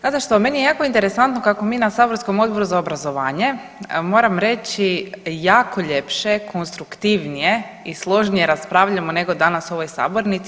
Znate što, meni je jako interesantno kako mi na saborskom Odboru za obrazovanje moram reći jako ljepše, konstruktivnije i složnije raspravljamo nego danas u ovoj sabornici.